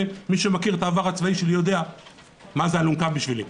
ומי שמכיר את העבר הצבאי שלי יודע מה זה אלונקה בשבילי.